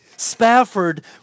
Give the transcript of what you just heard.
Spafford